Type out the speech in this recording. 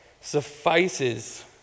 suffices